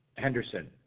Henderson